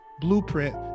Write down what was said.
blueprint